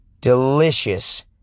Delicious